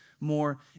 more